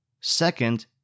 Second